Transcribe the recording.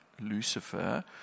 Lucifer